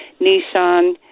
Nissan